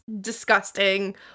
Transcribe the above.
disgusting